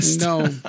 no